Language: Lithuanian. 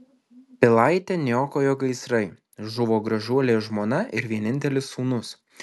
pilaitę niokojo gaisrai žuvo gražuolė žmona ir vienintelis sūnus